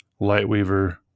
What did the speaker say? Lightweaver